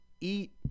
eat